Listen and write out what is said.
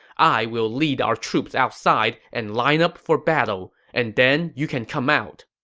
i will lead our troops outside and line up for battle. and then you can come out.